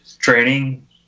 training